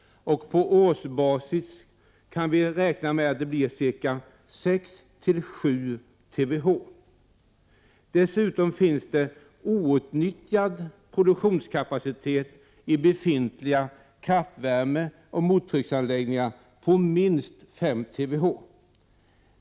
På årsbas kan vi räkna med att det blir 6-7 TWh. Dessutom finns det outnyttjad produktionskapacitet i befintliga kraftvärmeoch mottrycksanläggningar på minst 5 TWh.